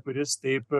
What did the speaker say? kuris taip